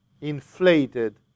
inflated